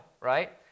right